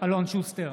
אלון שוסטר,